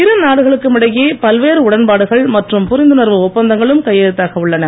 இரு நாடுகளுக்கும் இடையே பல்வேறு உடன்பாடுகள் மற்றும் புரிந்துணர்வு ஒப்பந்தங்களும் கையெழுத்தாக உள்ளன